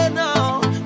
now